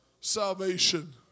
Salvation